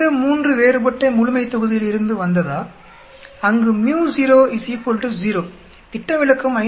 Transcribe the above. இந்த 3 வேறுபட்ட முழுமைத்தொகுதியிலிருந்து வந்ததா அங்கு µ0 0 திட்ட விலக்கம் 5